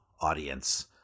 audience